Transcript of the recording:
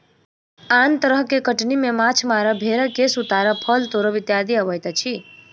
आन तरह के कटनी मे माछ मारब, भेंड़क केश उतारब, फल तोड़ब इत्यादि अबैत अछि